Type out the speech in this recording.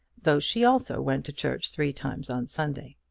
though she also went to church three times on sunday.